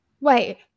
Wait